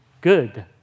good